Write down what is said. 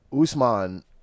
Usman